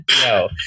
no